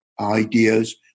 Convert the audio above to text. ideas